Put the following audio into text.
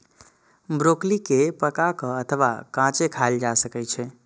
broccoli कें पका के अथवा कांचे खाएल जा सकै छै